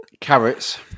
Carrots